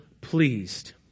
pleased